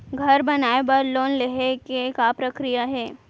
घर बनाये बर लोन लेहे के का प्रक्रिया हे?